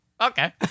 okay